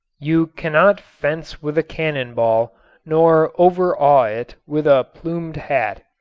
you cannot fence with a cannon ball nor overawe it with a plumed hat.